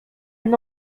une